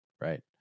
right